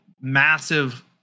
massive